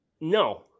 No